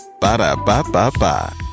Ba-da-ba-ba-ba